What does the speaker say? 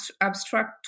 abstract